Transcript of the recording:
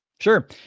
Sure